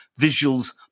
visuals